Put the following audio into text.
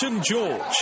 George